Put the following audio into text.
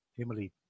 Emily